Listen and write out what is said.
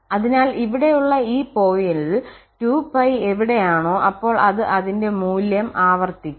അതിനാൽ ഇവിടെയുള്ള ഈ പോയിന്റിൽ 2π എവിടെ ആണോ അപ്പോൾ അത് അതിന്റെ മൂല്യം ആവർത്തിക്കും